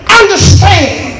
understand